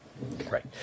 right